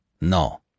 No